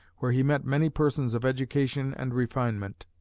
where he met many persons of education and refinement.